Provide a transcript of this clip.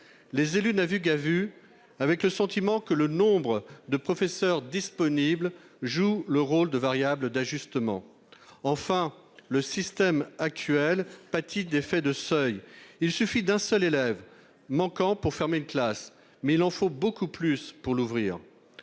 Les élus naviguent à vue et ont le sentiment que le nombre de professeurs disponibles joue le rôle de variable d'ajustement. Enfin, le système actuel pâtit d'effets de seuil. Il suffit d'un élève manquant pour fermer une classe ; il en faut bien plus pour en ouvrir